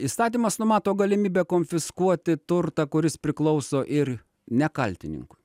įstatymas numato galimybę konfiskuoti turtą kuris priklauso ir ne keltininkui